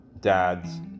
dads